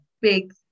big